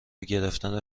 گرفتن